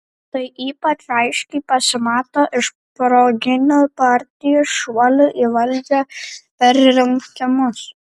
tai ypač aiškiai pasimato iš proginių partijų šuolių į valdžią per rinkimus